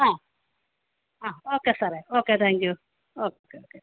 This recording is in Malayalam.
ആ ആ ഓക്കെ സാറെ okay thank you okay okay